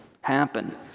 happen